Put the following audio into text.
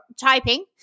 typing